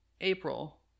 April